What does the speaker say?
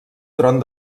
tron